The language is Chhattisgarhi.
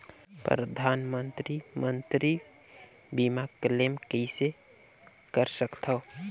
परधानमंतरी मंतरी बीमा क्लेम कइसे कर सकथव?